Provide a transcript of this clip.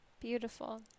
Beautiful